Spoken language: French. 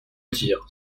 dire